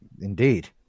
Indeed